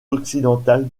occidentale